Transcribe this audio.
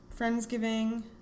Friendsgiving